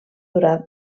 durar